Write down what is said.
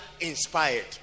inspired